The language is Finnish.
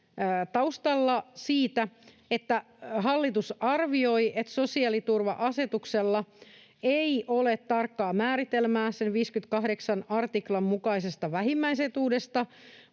taustalla siten, että hallitus arvioi, että sosiaaliturva-asetuksessa ei ole tarkkaa määritelmää sen 58 artiklan mukaisesta vähimmäisetuudesta,